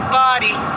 body